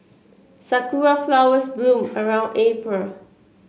Sakura flowers bloom around April